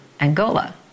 Angola